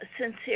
sincere